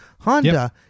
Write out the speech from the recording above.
Honda